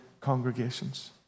congregations